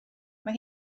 mae